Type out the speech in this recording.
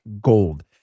Gold